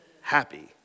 happy